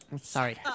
Sorry